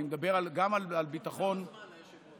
אני מדבר גם על ביטחון כלכלי,